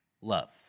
love